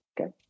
okay